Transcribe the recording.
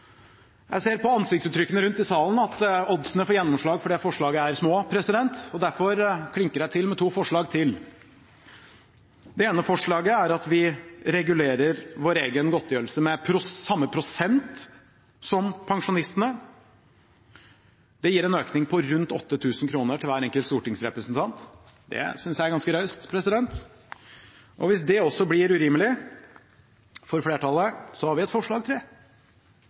Jeg ser på ansiktsuttrykkene rundt i salen at oddsene for gjennomslag for det forslaget er små, og derfor klinker jeg til med to forslag til. Det ene forslaget er at vi regulerer vår egen godtgjørelse med samme prosent som pensjonistenes. Det gir en økning på rundt 8 000 kr til hver enkelt stortingsrepresentant. Det synes jeg er ganske raust. Hvis det også blir urimelig for flertallet, har vi et forslag